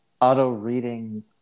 auto-reading